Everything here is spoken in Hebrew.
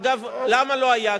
אגב, למה לא היה?